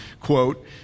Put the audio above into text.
quote